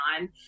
on